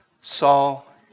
Saul